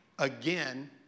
Again